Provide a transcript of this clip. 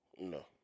No